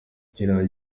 kiriya